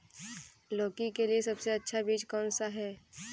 लौकी के लिए सबसे अच्छा बीज कौन सा है?